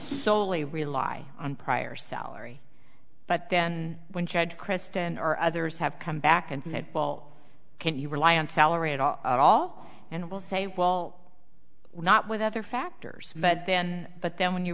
solely rely on prior salary but then when judge kristen or others have come back and said paul can you rely on salary at all at all and will say well not with other factors but then but then when you